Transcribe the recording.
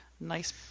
nice